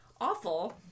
awful